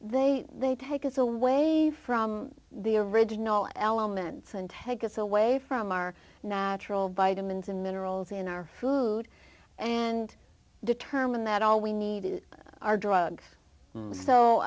they they take us away from the original aliments and take us away from our natural vitamins and minerals in our food and determine that all we need are drugs